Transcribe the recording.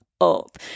up